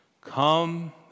Come